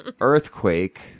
earthquake